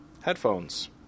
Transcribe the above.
Headphones